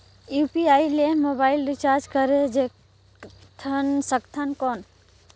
UPI ले mobile recharge करे सकथन कौन?